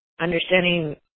understanding